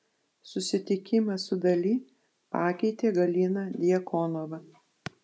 susitikimas su dali pakeitė galiną djakonovą